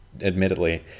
admittedly